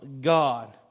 God